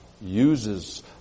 uses